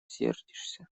сердишься